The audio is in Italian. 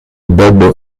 bob